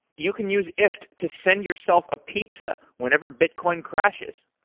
you can use ifttt to send yourself a pizza whenever bitcoin crashes.